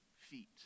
feet